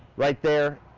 right there.